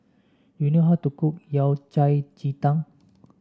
do you know how to cook Yao Cai Ji Tang